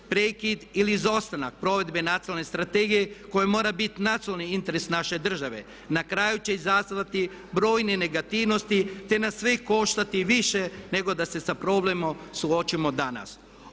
Prekid ili izostanak provedbe nacionalne strategiji koji mora biti nacionalni interes naše države na kraju će izazvati brojne negativnosti te nas sve koštati više nego da se problemom suočimo danas.